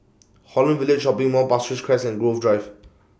Holland Village Shopping Mall Pasir Ris Crest and Grove Drive